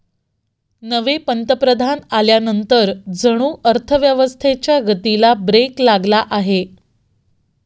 नवे पंतप्रधान आल्यानंतर जणू अर्थव्यवस्थेच्या गतीला ब्रेक लागला आहे